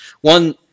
One